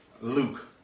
Luke